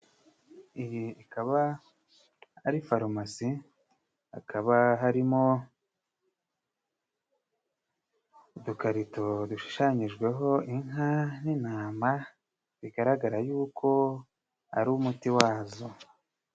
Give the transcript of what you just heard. Iyi ikaba ari farumasi, hakaba harimo udukarito dushushanyijweho inka n'intama, bigaragara yuko ari umuti wazo.